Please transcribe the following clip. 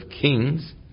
Kings